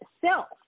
self